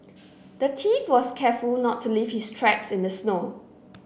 the thief was careful not to leave his tracks in the snow